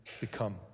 become